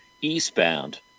eastbound